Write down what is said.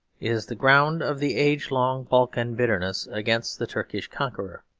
is the ground of the age-long balkan bitterness against the turkish conqueror.